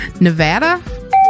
Nevada